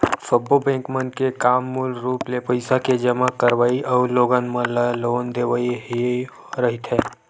सब्बो बेंक मन के काम मूल रुप ले पइसा के जमा करवई अउ लोगन मन ल लोन देवई ह ही रहिथे